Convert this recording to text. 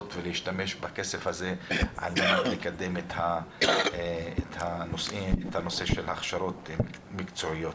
ולהשתמש בכסף הזה על-מנת לקדם את הנושא של הכשרות מקצועיות.